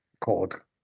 called